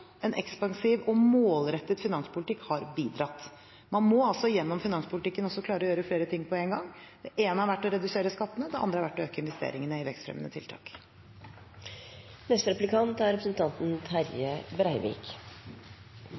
en ekspansiv og målrettet finanspolitikk har bidratt. Man må altså gjennom finanspolitikken klare å gjøre flere ting på en gang. Det ene har vært å redusere skattene, det andre har vært å øke investeringene i vekstfremmende tiltak.